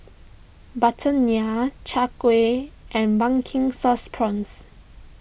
Butter Naan Chai Kuih and Pumpkin Sauce Prawns